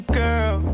girl